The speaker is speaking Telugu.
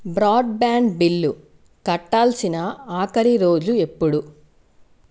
బ్రాడ్బ్యాండ్ బిల్లు కట్టాల్సిన ఆఖరి రోజు ఎప్పుడు